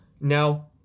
Now